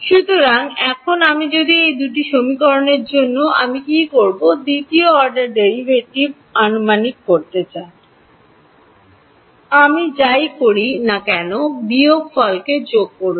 সুতরাং এখন আমি যদি এই দুটি সমীকরণের জন্য আমি কী করব দ্বিতীয় অর্ডার ডেরিভেটিভ আনুমানিক করতে চান আমি যাই করুক না কেন বিয়োগফলকে যোগ করুন